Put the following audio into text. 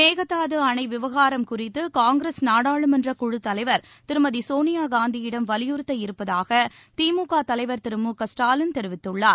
மேகதாதுஅணைவிவகாரம் குறித்துகாங்கிரஸ் நாடாளுமன்றக் தலைவர் குழுத் திருமதிசோனியாகாந்தியிடம் வலியுறுத்த இருப்பதாகதிமுகதலைவர் திரு மு க ஸ்டாலின் தெரிவித்துள்ளார்